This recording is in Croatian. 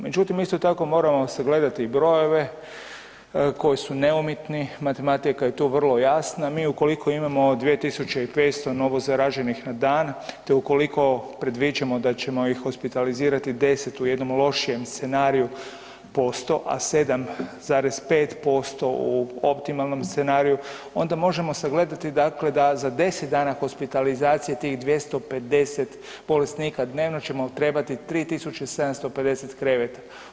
Međutim, isto tako moramo sagledati i brojeve koji su neumitni, matematika je tu vrlo jasna, mi ukoliko imamo 2500 novozaraženih na dan, te ukoliko predviđamo da ćemo ih hospitalizirati 10 u jednom lošijem scenariju posto, a 7,5% u optimalnom scenariju, onda možemo sagledati dakle da za 10 dana hospitalizacije tih 250 bolesnika dnevno ćemo trebati 3750 kreveta.